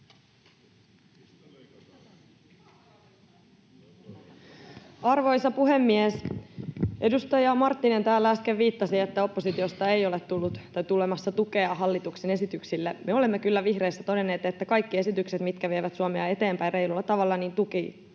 Arvoisa puhemies! Edustaja Marttinen täällä äsken viittasi siihen, että oppositiosta ei ole tullut tai tulossa tukea hallituksen esityksille. Me olemme kyllä vihreissä todenneet, että kaikkiin esityksiin, mitkä vievät Suomea eteenpäin reilulla tavalla, tuki